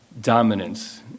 dominance